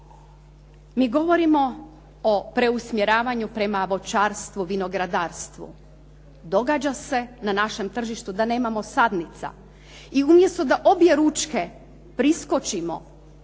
Mi govorimo o preusmjeravanju prema voćarstvu, vinogradarstvu. Događa se na našem tržištu da nemamo sadnica i umjesto da objeručke priskočimo